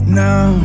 now